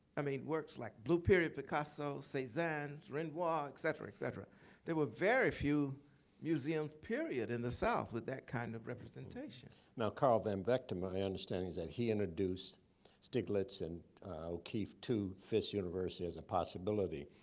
i mean, works like blue period, picasso, cezanne, renoir, et cetera, et cetera there were very few museums, period, in the south, with that kind of representation. now carl van vechten, my understanding is that he introduced stieglitz and o'keeffe to fisk university as a possibility.